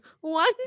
one